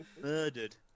Murdered